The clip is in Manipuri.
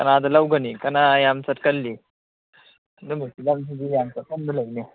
ꯀꯅꯥꯗ ꯂꯧꯒꯅꯤ ꯀꯅꯥ ꯌꯥꯝ ꯆꯠꯀꯜꯂꯤ ꯑꯗꯨꯝꯕ ꯐꯤꯂꯝꯁꯤꯗꯤ ꯌꯥꯝ ꯆꯠꯀꯟꯕ ꯂꯩꯅꯦ